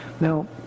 Now